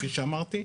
כפי שאמרתי,